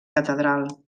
catedral